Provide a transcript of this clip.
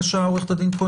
עורכת הדין כהן